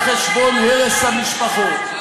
על חשבון הרס המשפחות.